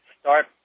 start